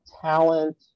talent